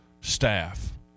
staff